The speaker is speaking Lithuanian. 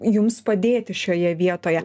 jums padėti šioje vietoje